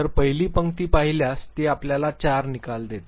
तर पहिली पंक्ती पाहिल्यास ती आपल्याला चार निकाल देते